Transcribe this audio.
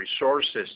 resources